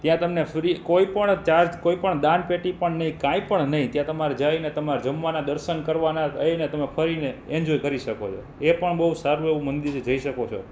ત્યાં તમને ફ્રી કોઈપણ ચાર્જ કોઈપણ દાન પેટી પણ નહીં કાંઇપણ નહીં ત્યાં તમારે જઈને તમારે જમવાના દર્શન કરવાનાં એય ને તમે ફરીને એન્જોય કરી શકો છો એ પણ બહુ સારું એવું મંદિર જઇ શકો છો